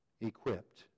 equipped